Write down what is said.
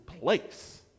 place